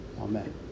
Amen